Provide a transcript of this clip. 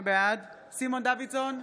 בעד סימון דוידסון,